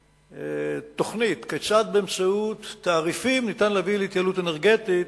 תוכנית כיצד באמצעות תעריפים ניתן להביא להתייעלות אנרגטית.